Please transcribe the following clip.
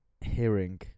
hearing